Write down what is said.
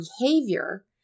behavior